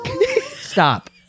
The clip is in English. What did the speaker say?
stop